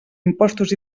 imposts